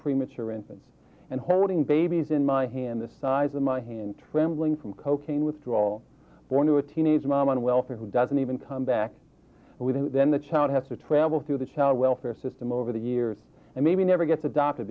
premature infants and holding babies in my hand the size of my hand trembling from cocaine withdrawal born to a teenage mom on welfare who doesn't even come back then the child has to travel through the child welfare system over the years and maybe never gets adopted